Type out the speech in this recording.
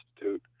Institute